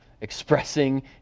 expressing